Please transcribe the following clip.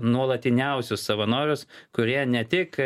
nuolatiniausius savanorius kurie ne tik